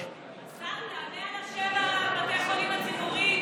השר, תענה על שבעה בתי החולים הציבוריים.